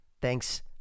Thanks